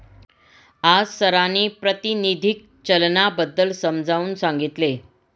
आज सरांनी प्रातिनिधिक चलनाबद्दल समजावून सांगितले